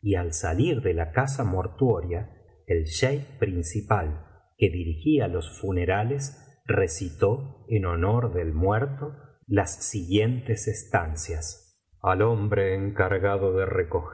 y al salir de la casa mortuoria el jeique principal que dirigía los funerales recitó en honor del muerto las siguientes estancias al hombre encargado de